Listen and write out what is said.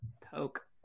Poke